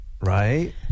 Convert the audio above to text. right